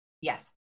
Yes